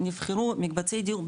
נבחרו מקבצי דיור,